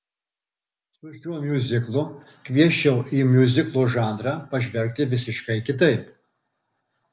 su šiuo miuziklu kviesčiau į miuziklo žanrą pažvelgti visiškai kitaip